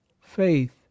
faith